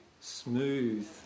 smooth